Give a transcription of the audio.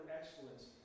excellence